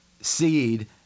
seed